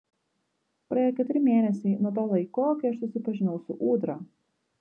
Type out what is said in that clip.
praėjo keturi mėnesiai nuo to laiko kai aš susipažinau su ūdra